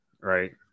right